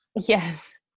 Yes